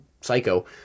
psycho